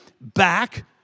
back